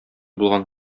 булган